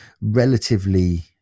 relatively